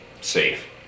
safe